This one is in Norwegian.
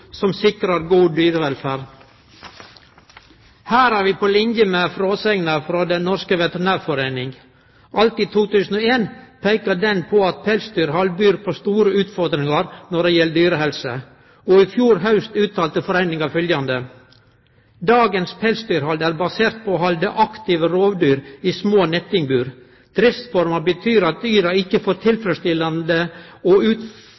som sikrar god dyrevelferd. Her er vi på line med fråsegna frå Den norske veterinærforening. Alt i 2001 peika dei på at pelsdyrhald byr på stor utfordringar for dyrehelsa, og i fjor haust uttalte foreininga følgjande: «Dagens pelsdyrhold baserer seg på hold av aktive rovdyr i små nettingbur. Denne driftsformen medfører at dyrene ikke får tilfredsstilt sitt naturlige atferdsbehov. DNV har tidligere uttrykt skepsis til